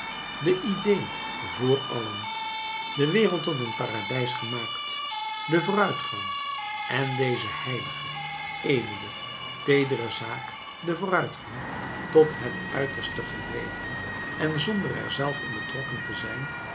de idée voor allen de wereld tot een paradijs gemaakt den vooruitgang en deze heilige edele teedere zaak den vooruitgang tot het uiterste gedreven en zonder er zelf in betrokken te zijn